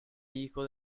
hijo